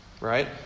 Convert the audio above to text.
right